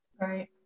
right